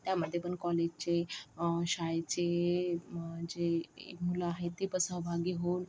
त्यामध्ये पण कॉलेजचे शाळेचे जे मुलं आहेत ते पण सहभागी होऊन